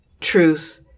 truth